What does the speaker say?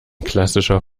klassischer